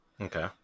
okay